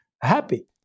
happy